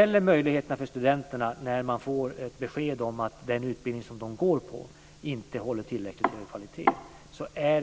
Om studenterna får ett besked om att den utbildning de går på inte håller tillräckligt hög kvalitet är